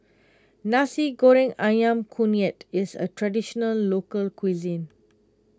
Nasi Goreng Ayam Kunyit is a Traditional Local Cuisine